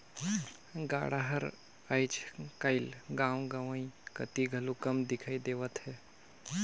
गाड़ा हर आएज काएल गाँव गंवई कती घलो कम दिखई देवत हे